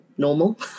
normal